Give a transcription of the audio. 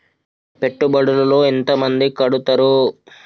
పెట్టుబడుల లో ఎంత మంది కడుతరు?